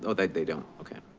so they they don't okay.